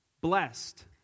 Blessed